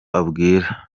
abwira